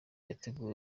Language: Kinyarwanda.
yateguwe